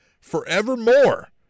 forevermore